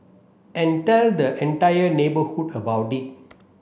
and tell the entire neighbourhood about it